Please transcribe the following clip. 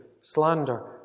slander